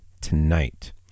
tonight